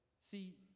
See